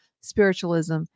Spiritualism